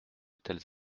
telles